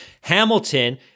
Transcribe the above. Hamilton